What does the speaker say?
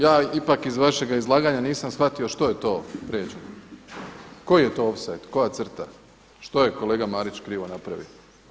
Ja ipak iz vašega izlaganja nisam shvatio što je to … koji je to ofsajd, koja crta, što je kolega Marić krivo napravio?